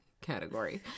category